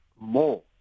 more